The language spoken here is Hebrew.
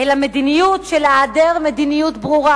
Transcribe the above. אלא מדיניות של היעדר מדיניות ברורה,